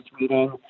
reading